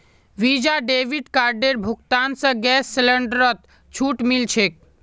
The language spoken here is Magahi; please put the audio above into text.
वीजा डेबिट कार्डेर भुगतान स गैस सिलेंडरत छूट मिल छेक